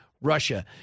Russia